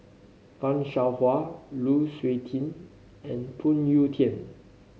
Fan Shao Hua Lu Suitin and Phoon Yew Tien